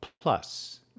plus